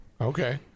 Okay